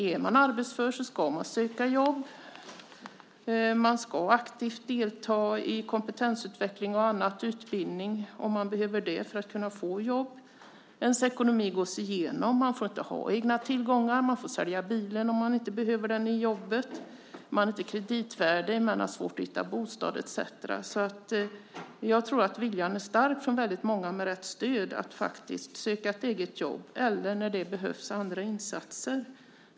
Är man arbetsför så ska man söka jobb. Man ska aktivt delta i kompetensutveckling och annan utbildning om man behöver det för att kunna få jobb. Ens ekonomi gås igenom. Man får inte ha egna tillgångar. Man får sälja bilen om man inte behöver den i jobbet. Man är inte kreditvärdig. Man har svårt att hitta bostad etcetera. Jag tror att viljan är stark från väldigt många med rätt stöd att faktiskt söka ett eget jobb, eller, när det behövs, andra insatser.